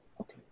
Okay